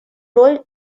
роль